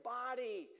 body